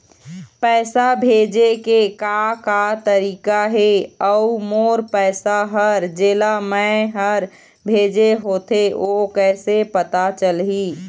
पैसा भेजे के का का तरीका हे अऊ मोर पैसा हर जेला मैं हर भेजे होथे ओ कैसे पता चलही?